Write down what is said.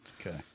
okay